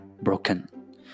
broken